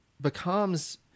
becomes